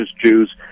jews